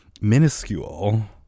minuscule